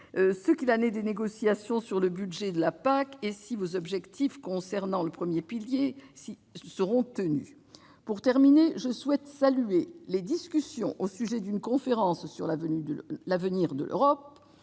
ce qu'il en est des négociations sur le budget de la PAC ? Vos objectifs concernant le premier pilier seront-ils tenus ? Enfin, je souhaite saluer les discussions au sujet de la tenue d'une conférence sur l'avenir de l'Europe.